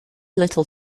little